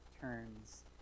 turns